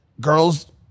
girls